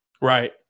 Right